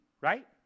right